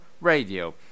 Radio